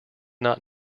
not